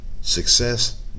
success